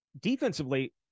defensively